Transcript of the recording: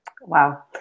Wow